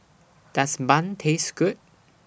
Does Bun Taste Good